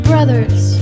Brothers